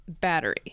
Battery